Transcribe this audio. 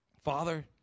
Father